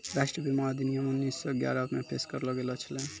राष्ट्रीय बीमा अधिनियम उन्नीस सौ ग्यारहे मे पेश करलो गेलो छलै